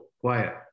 quiet